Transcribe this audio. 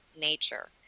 nature